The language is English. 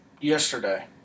yesterday